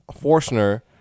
forstner